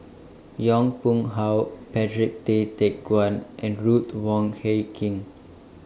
Yong Pung How Patrick Tay Teck Guan and Ruth Wong Hie King